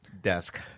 desk